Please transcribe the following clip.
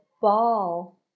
ball